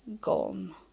gone